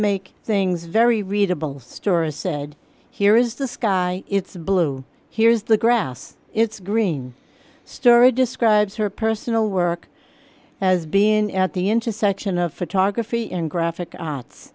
make things very readable stories said here is the sky it's blue here is the grass it's green story describes her personal work as being at the intersection of photography and graphic arts